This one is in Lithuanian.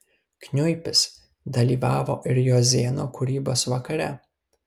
kniuipis dalyvavo ir jozėno kūrybos vakare